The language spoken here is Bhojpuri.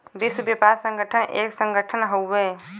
विश्व व्यापार संगठन एक संगठन हउवे